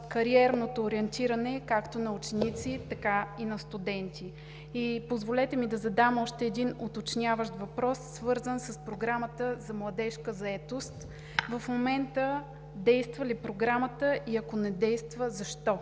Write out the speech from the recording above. кариерното ориентиране както на ученици, така и на студенти. И позволете ми да задам още един уточняващ въпрос, свързан с Програмата за младежка заетост. В момента действа ли програмата и ако не действа – защо?